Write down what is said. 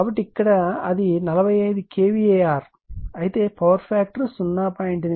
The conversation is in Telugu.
కాబట్టి ఇక్కడ అది 45 kVAr అయితే పవర్ ఫ్యాక్టర్ 0